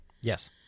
Yes